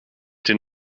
den